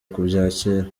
kubyakira